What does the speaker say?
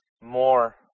more